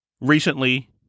recently